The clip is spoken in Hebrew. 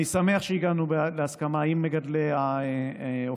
אני שמח שהגענו להסכמה עם מגדלי העופות